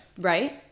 Right